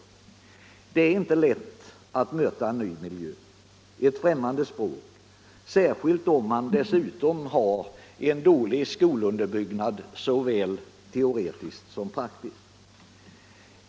Det är inte lätt att möta en ny miljö och ett främmande språk, särskilt om man dessutom har dålig skolunderbyggnad, såväl teoretisk som praktisk.